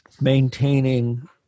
maintaining